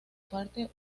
parte